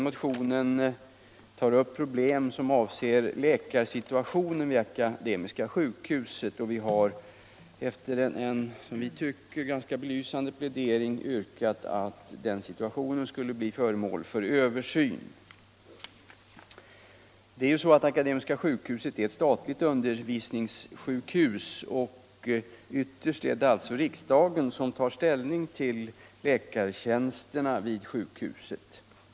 Motionen tar upp problem i samband med läkarsituationen vid Akademiska sjukhuset i Uppsala. Vi har efter en som vi tycker ganska belysande plädering yrkat att denna situation skulle bli föremål för översyn. Akademiska sjukhuset är ju ett statligt undervisningssjukhus, och ytterst är det alltså riksdagen som tar ställning till exempelvis frågan om läkartjänsterna vid sjukhuset.